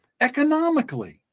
economically